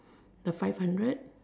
the five hundred